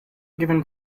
given